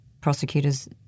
prosecutors